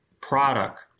product